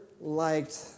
liked